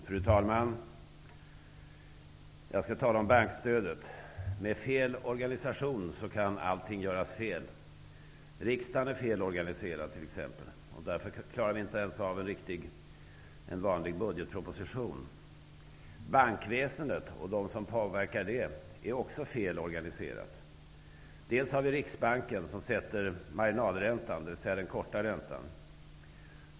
Fru talman! Jag skall tala om bankstödet. Med fel organisation kan allting göras fel. Riksdagen är exempelvis fel organiserad, därför klarar man inte ens av en vanlig budgetproposition. Bankväsendet är fel organiserat och de som påverkar det är fel organiserade. Det är Riksbanken som sätter marginalräntan, dvs. den korta räntan.